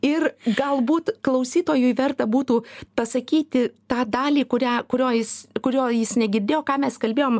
ir galbūt klausytojui verta būtų pasakyti tą dalį kurią kurio jis kurio jis negirdėjo ką mes kalbėjom